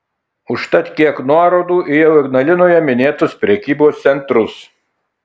užtat kiek nuorodų į jau ignalinoje minėtus prekybos centrus